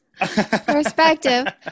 Perspective